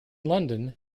london